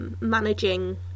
managing